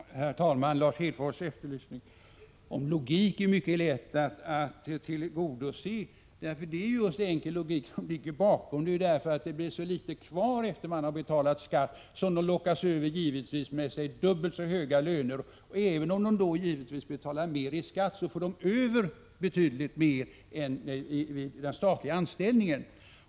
Herr talman! Lars Hedfors efterlysning av logik är mycket lätt att tillgodose. Det var just enkel logik som låg bakom. Det blir ju så litet kvar efter det att man har betalat skatt, så att tjänstemännen lockas över till näringslivet med låt mig säga dubbelt så höga löner. Även om de då givetvis betalar mer i skatt, så får de betydligt mera pengar över än vid den statliga anställningen.